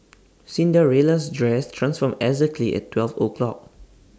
Cinderella's dress transformed exactly at twelve o'clock